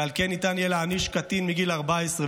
ועל כן ניתן יהיה להעניש קטין מגיל 14,